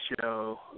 show